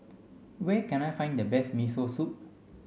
where can I find the best Miso Soup